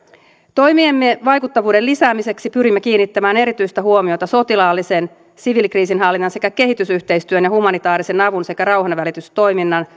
toimiemme vaikuttavuuden lisäämiseksi pyrimme kiinnittämään erityistä huomiota sotilaallisen siviilikriisinhallinnan sekä kehitysyhteistyön ja humanitaarisen avun sekä rauhanvälitystoiminnan